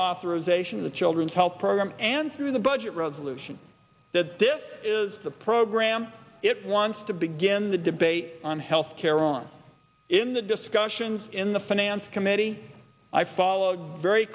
authorization of the children's health program and through the budget resolution that this is the program it once to begin the debate on health care on in the discussions in the finance committee i followed very